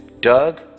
Doug